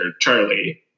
Charlie